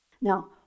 Now